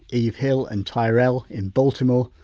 eve hill and tyrell in baltimore,